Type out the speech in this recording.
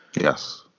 Yes